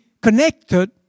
connected